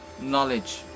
knowledge